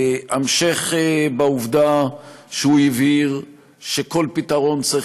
המשך בעובדה שהוא הבהיר שכל פתרון צריך